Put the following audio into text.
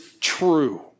true